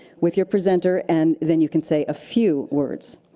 with your presenter, and then you can say a few words.